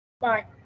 Bye